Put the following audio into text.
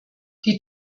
die